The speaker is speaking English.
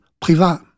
Privat